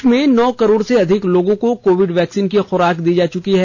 देश में नौ करोड़ से अधिक लोगों को कोविड वैक्सीन की खुराक दी जा चुकी है